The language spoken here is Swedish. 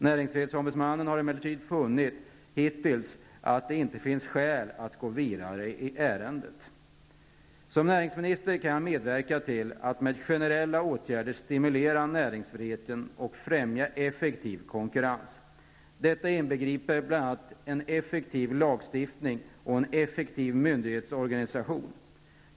NO har emellertid hittills inte funnit skäl att gå vidare i ärendet. Som näringsminister kan jag medverka till att med generella åtgärder stimulera näringsfriheten och främja en effektiv konkurrens. Detta inbegriper bl.a. en effektiv lagstiftning och en effektiv myndighetsorganisation.